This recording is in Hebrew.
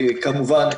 כמובן,